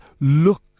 look